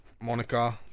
Monica